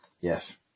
Yes